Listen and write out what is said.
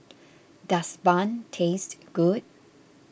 does Bun taste good